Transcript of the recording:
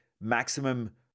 maximum